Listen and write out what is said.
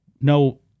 No